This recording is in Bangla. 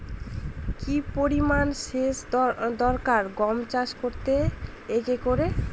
কি পরিমান সেচ দরকার গম চাষ করতে একরে?